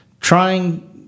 trying